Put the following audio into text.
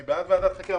אני בעד ועדת חקירה,